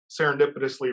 serendipitously